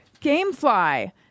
Gamefly